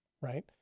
right